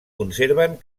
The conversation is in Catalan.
conserven